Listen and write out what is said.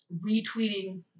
retweeting